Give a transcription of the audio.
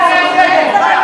במרכז הליכוד,